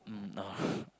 mm oh